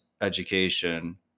education